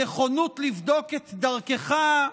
נכונות לבדוק את דרכך,